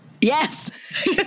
Yes